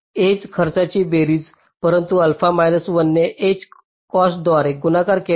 age खर्चाची बेरीज परंतु अल्फा 1 ने एज कॉस्टद्वारे गुणाकार केला